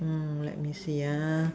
mm let me see ah